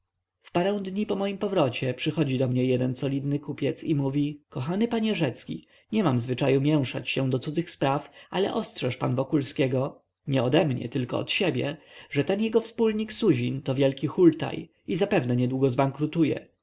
w parę dni po jego powrocie przychodzi do mnie jeden solidny kupiec i mówi kochany panie rzecki nie mam zwyczaju mięszać się do cudzych spraw ale ostrzeż pan wokulskiego nie ode mnie tylko od siebie że ten jego wspólnik suzin to wielki hultaj i zapewne niedługo zbankrutuje